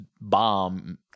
bomb